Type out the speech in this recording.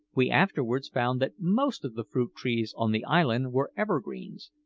we afterwards found that most of the fruit-trees on the island were evergreens,